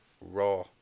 Raw